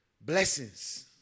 blessings